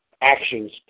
actions